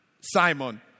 Simon